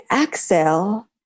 exhale